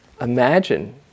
Imagine